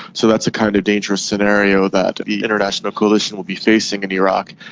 so that's a kind of dangerous scenario that the international coalition will be facing in iraq,